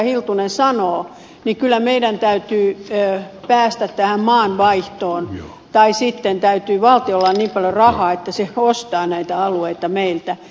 hiltunen sanoi meidän täytyy päästä tähän maanvaihtoon tai sitten täytyy valtiolla olla niin paljon rahaa että se ostaa näitä alueita meiltä